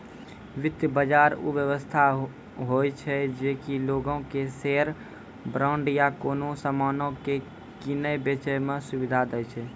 वित्त बजार उ व्यवस्था होय छै जे कि लोगो के शेयर, बांड या कोनो समानो के किनै बेचै मे सुविधा दै छै